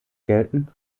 gelten